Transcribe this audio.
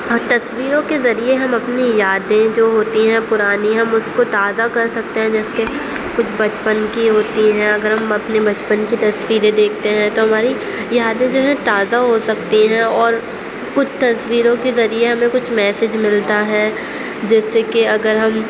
اور تصویروں کے ذریعے ہم اپنی یادیں جو ہوتی ہیں پرانی ہم اس کو تازہ کر سکتے ہیں جیسے کہ کچھ پچپن کی ہوتی ہیں اگر ہم اپنی بچپن کی تصویریں دیکھتے ہیں تو ہماری یادیں جو ہیں تازہ ہو سکتی ہیں اور کچھ تصویروں کے ذریعے ہمیں کچھ میسیج ملتا ہے جیسے کہ اگر ہم